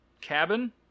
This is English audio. cabin